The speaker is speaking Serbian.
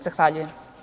Zahvaljujem.